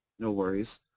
no worries.